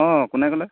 অঁ কোনে ক'লে